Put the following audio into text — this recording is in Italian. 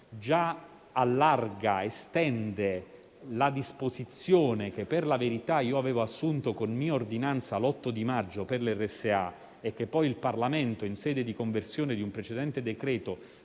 giovedì, estende la disposizione che, per la verità, io avevo assunto, con mia ordinanza, l'8 maggio per le RSA e che poi il Parlamento, in sede di conversione di un precedente decreto,